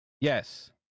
Yes